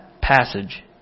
passage